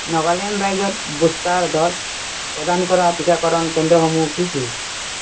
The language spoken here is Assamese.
নাগালেণ্ড ৰাজ্যত বুষ্টাৰ ড'জ প্ৰদান কৰা টীকাকৰণ কেন্দ্ৰসমূহ কি কি